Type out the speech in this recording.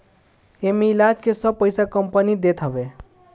एमे इलाज के सब पईसा कंपनी देत हवे